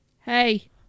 Hey